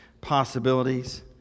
possibilities